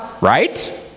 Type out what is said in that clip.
Right